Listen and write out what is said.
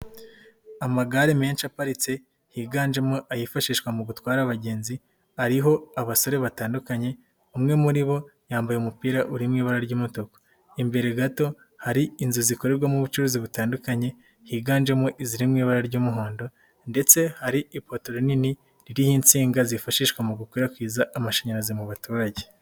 Amagare menshi aparitse higanjemo ayifashishwa mu gutwara abagenzi ariho abasore batandukanye, umwe muri bo yambaye umupira uri mu ibara ry'umutuku, imbere gato hari inzu zikorerwamo ubucuruzi butandukanye higanjemo iziri mu ibara ry'umuhondo ndetse hari ipoto rinini ririho insinga zifashishwa mu gukwirakwiza amashanyarazi mu baturage.